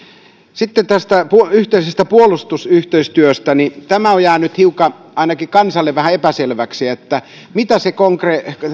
sitten tästä yhteisestä puolustusyhteistyöstä tämä on jäänyt ainakin kansalle hiukan epäselväksi mitä se